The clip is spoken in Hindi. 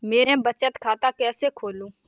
मैं बचत खाता कैसे खोलूं?